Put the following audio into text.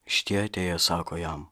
šitie atėję sako jam